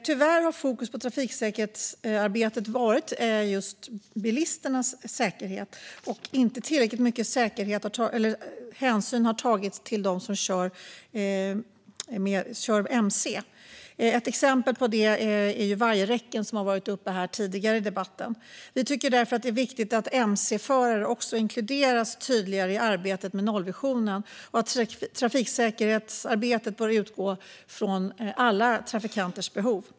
Tyvärr har fokus i trafiksäkerhetsarbetet varit just bilisternas säkerhet, och inte tillräckligt mycket hänsyn har tagits till dem som kör mc. Ett exempel på det är vajerräcken, vilket har varit uppe tidigare i debatten. Vi tycker därför att det är viktigt att mc-förare inkluderas tydligare i arbetet med nollvisionen. Trafiksäkerhetsarbetet bör utgå från alla trafikanters behov.